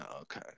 Okay